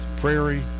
Prairie